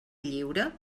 lliure